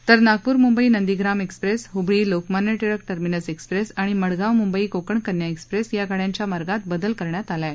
तर Nagpur Mumbai Nandigram express Hubli Lokmanya Tilak terminus express आणि Madgaon Mumbai Konkan Kanya express या गाडयांच्या मार्गात बदल करण्यात आला आहे